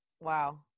Wow